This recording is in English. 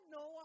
no